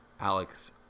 Alex